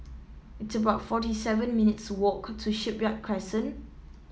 it's about forty seven minutes' walk to Shipyard Crescent